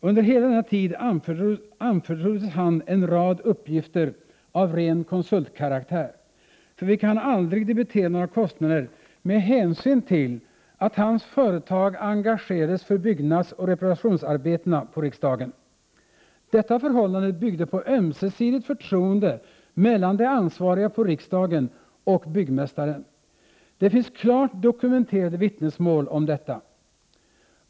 Under hela denna tid anförtroddes han en rad uppgifter av ren konsultkaraktär, för vilka han aldrig debiterade några kostnader med hänsyn till att hans företag engagerades för byggnadsoch reparationsarbetena på riksdagen. Detta förhållande byggde på ömsesidigt förtroende mellan de ansvariga på riksdagen och byggmästaren. Det finns klart dokumenterade vittnesmål om detta.